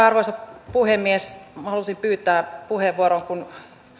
arvoisa puhemies minä halusin pyytää vielä puheenvuoron kun